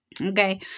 Okay